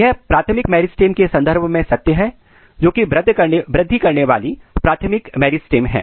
यह प्राथमिक मेरिस्टेम के संदर्भ में सत्य है और जो कि वृद्धि करने वाली प्राथमिक मेरिस्टेम है